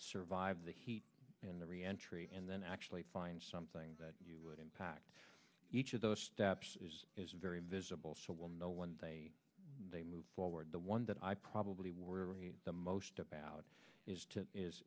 survive the heat in the re entry and then actually find something that you would impact each of those steps is very visible so we'll know when they they move forward the one that i probably were the most about is to is